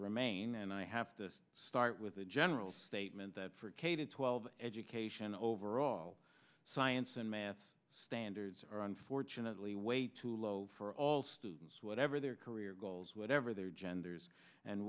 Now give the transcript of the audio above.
remain and i have to start with a general statement that for k twelve education overall science and math standards are unfortunately way too low for all students whatever their career goals whatever their genders and